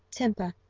temper,